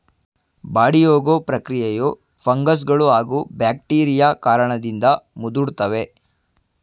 ಬಾಡಿಹೋಗೊ ಪ್ರಕ್ರಿಯೆಯು ಫಂಗಸ್ಗಳೂ ಹಾಗೂ ಬ್ಯಾಕ್ಟೀರಿಯಾ ಕಾರಣದಿಂದ ಮುದುಡ್ತವೆ